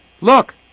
Look